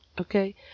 Okay